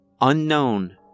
Unknown